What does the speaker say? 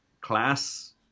class